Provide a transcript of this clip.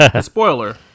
Spoiler